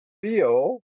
feel